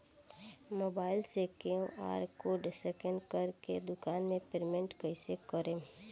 Mobile से QR code scan कर के दुकान मे पेमेंट कईसे करेम?